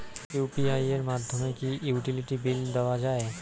UPI এর মাধ্যমে কি ইউটিলিটি বিল দেওয়া যায়?